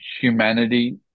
humanity